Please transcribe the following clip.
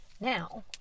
Now